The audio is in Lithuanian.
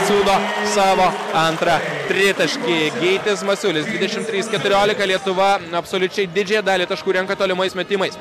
siūlo savo antrą tritaškį gytis masiulis dvidešimt trys keturiolika lietuva absoliučiai didžiąją dalį taškų renka tolimais metimais